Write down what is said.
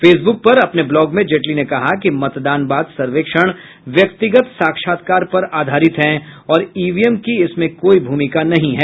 Facebook पर अपने blog में जेटली ने कहा कि मतदान बाद सर्वेक्षण व्यक्तिगत साक्षात्कार पर आधारित हैं और ईवीएम की इसमें कोई भूमिका नहीं है